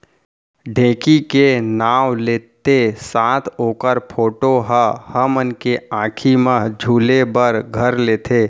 ढेंकी के नाव लेत्ते साथ ओकर फोटो ह हमन के आंखी म झूले बर घर लेथे